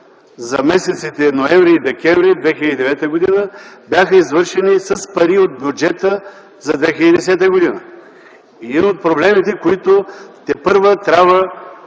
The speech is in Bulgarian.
за месеците ноември и декември 2009 г. бяха извършени с пари от бюджета за 2010 г. Това е един от проблемите, които тепърва трябва